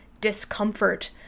discomfort